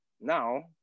now